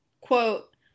quote